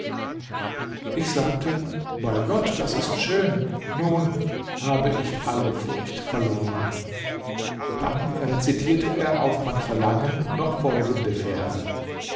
ich sagte bei gott das ist schön nun habe ich alle furcht verloren dann rezitierte er auf mein verlangen noch folgende verse